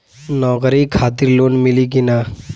नौकरी खातिर लोन मिली की ना?